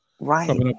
Right